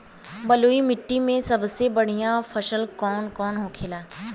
बलुई मिट्टी में सबसे बढ़ियां फसल कौन कौन होखेला?